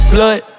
Slut